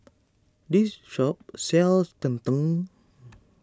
this shop sells Tng Tng